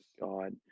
God